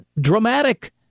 dramatic